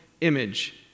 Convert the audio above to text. image